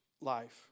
life